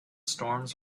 storms